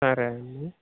సరే అండి